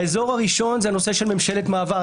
האזור הראשון זה הנושא של ממשלת מעבר.